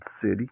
City